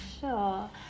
sure